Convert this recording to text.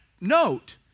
note